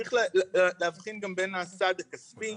וצריך להבחין גם בין הסעד הכספי,